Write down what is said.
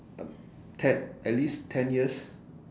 ten at least ten years